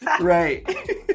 Right